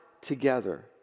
together